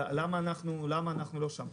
למה אנחנו לא שם?